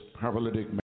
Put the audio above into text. paralytic